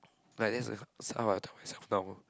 like that's the stuff I told myself now ah